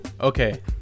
Okay